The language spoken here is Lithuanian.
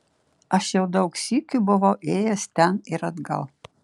aš jau daug sykių buvau ėjęs ten ir atgal